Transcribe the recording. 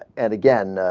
and again ah.